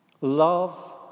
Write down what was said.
Love